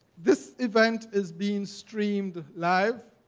this event is being streamed live,